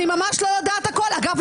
אגב,